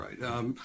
right